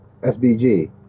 SBG